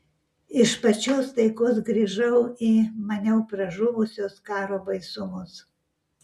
iš pačios taikos grįžau į maniau pražuvusius karo baisumus